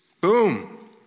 Boom